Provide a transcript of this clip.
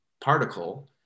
particle